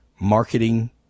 Marketing